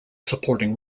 supporting